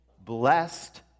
blessed